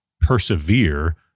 persevere